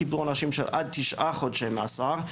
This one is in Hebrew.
קיבלו עונשים של עד תשעה חודשי מאסר.